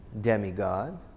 demigod